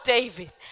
David